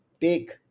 take